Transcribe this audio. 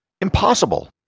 Impossible